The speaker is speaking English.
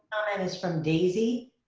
is from daisy.